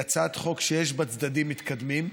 היא הצעת חוק שיש בה צדדים מתקדמים,